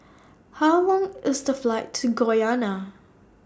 How Long IS The Flight to Guyana